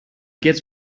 gets